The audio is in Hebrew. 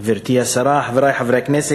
גברתי השרה, חברי חברי הכנסת,